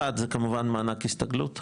אחת, זה כמובן מענק הסתגלות.